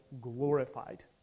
glorified